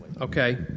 Okay